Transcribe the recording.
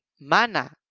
mana